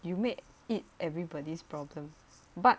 you make it everybody's problem but